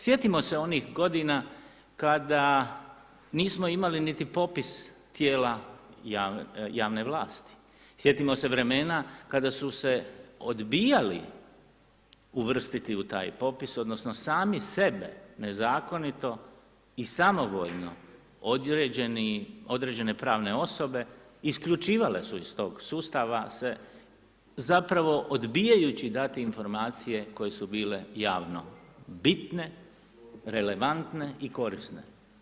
Sjetimo se onih godina kada nismo imali niti popis Tijela javne vlasti, sjetimo se vremena kada su se odbijali uvrstiti u taj popis, odnosno sami sebe nezakonito i samovoljno određene pravne osobe, isključivale su iz tog sustave sve, zapravo odbijajući dati informacije koje su bile javno bitne, relevantne i korisne.